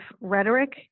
rhetoric